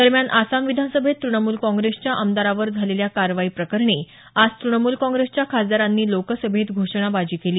दरम्यान आसाम विधान सभेत तृणमूल काँग्रेसच्या आमदारावर झालेल्या कारवाईप्रकरणी आज तूणमूल काँप्रेसच्या खासदारांनी लोकसभेत घोषणबाजी केली